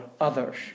others